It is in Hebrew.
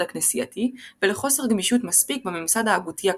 הכנסייתי ולחוסר גמישות מספיק בממסד ההגותי הקתולי.